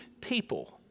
people